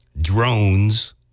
drones